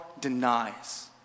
denies